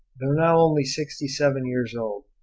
though now only sixty-seven years old,